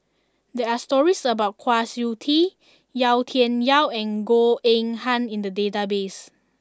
there are stories about Kwa Siew Tee Yau Tian Yau and Goh Eng Han in the database